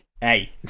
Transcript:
hey